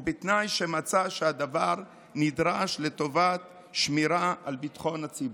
ובתנאי שמצא שהדבר נדרש לטובת שמירה על ביטחון הציבור.